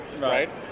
Right